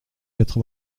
quatre